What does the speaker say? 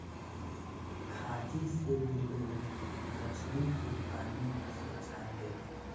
खांची से भी लोग मछरी के पानी में से छान लेला